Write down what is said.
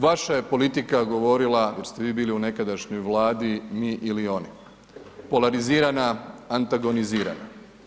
Vaša je politika govorila dok ste vi bili u nekadašnjoj Vladi, „mi ili oni“, polarizirana, antagonizirana.